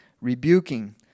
rebuking